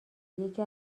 یکی